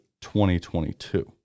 2022